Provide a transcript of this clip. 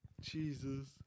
Jesus